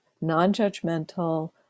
non-judgmental